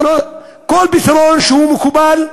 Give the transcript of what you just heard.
כל פתרון שהוא מקובל,